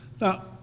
Now